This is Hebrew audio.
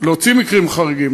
להוציא מקרים חריגים,